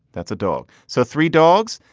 that's a dog so three dogs,